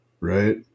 Right